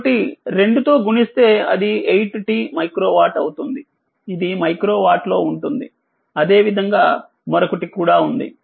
కాబట్టి2 తోగుణిస్తే అది8t మైక్రోవాట్ అవుతుందిఇది మైక్రో వాట్ లో ఉంటుందిఅదే విధంగా మరొకటి కూడా ఉంది